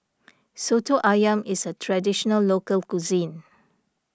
Soto Ayam is a Traditional Local Cuisine